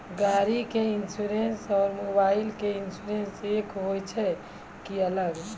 गाड़ी के इंश्योरेंस और मोबाइल के इंश्योरेंस एक होय छै कि अलग?